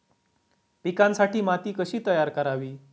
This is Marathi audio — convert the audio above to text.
पिकांसाठी माती कशी तयार करावी?